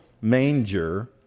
manger